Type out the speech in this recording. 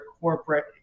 corporate